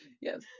yes